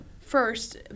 first